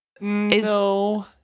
No